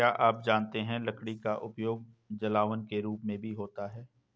क्या आप जानते है लकड़ी का उपयोग जलावन के रूप में भी होता है?